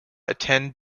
attend